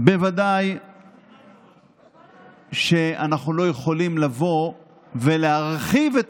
בוודאי שאנחנו לא יכולים לבוא ולהרחיב את